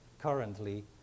currently